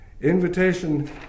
Invitation